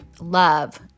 love